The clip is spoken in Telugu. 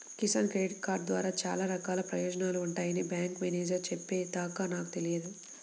కిసాన్ క్రెడిట్ కార్డు ద్వారా చాలా రకాల ప్రయోజనాలు ఉంటాయని బ్యాంకు మేనేజేరు చెప్పే దాకా నాకు తెలియదు